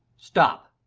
stop.